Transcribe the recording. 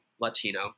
Latino